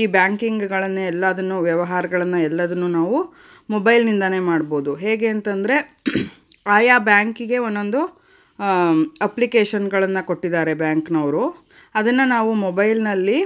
ಈ ಬ್ಯಾಂಕಿಂಗ್ಗಳನ್ನು ಎಲ್ಲದನ್ನೂ ವ್ಯವಹಾರಗಳನ್ನು ಎಲ್ಲದನ್ನೂ ನಾವು ಮೊಬೈಲ್ನಿಂದಾನೇ ಮಾಡ್ಬೌದು ಹೇಗೆ ಅಂತಂದರೆ ಆಯಾ ಬ್ಯಾಂಕಿಗೆ ಒನ್ನೊಂದು ಅಪ್ಲಿಕೇಷನ್ಗಳನ್ನು ಕೊಟ್ಟಿದ್ದಾರೆ ಬ್ಯಾಂಕ್ನವರು ಅದನ್ನು ನಾವು ಮೊಬೈಲ್ನಲ್ಲಿ